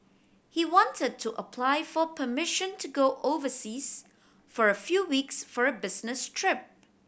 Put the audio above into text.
he wanted to apply for permission to go overseas for a few weeks for a business trip